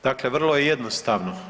Dakle, vrlo je jednostavno.